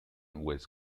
was